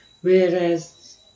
whereas